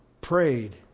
prayed